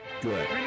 good